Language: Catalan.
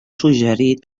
suggerit